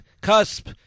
Cusp